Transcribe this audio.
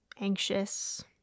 Anxious